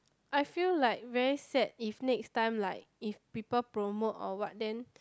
I feel like very sad if next time like if people promote or what then